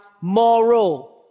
moral